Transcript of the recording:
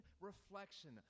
reflection